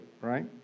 right